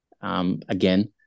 Again